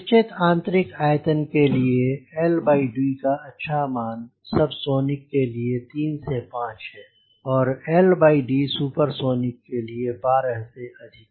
निश्चित आंतरिक आयतन के लिए l d का अच्छा मान सबसोनिक के लिए 3 से 5 है और l d सुपरसोनिक के लिए 12 से अधिक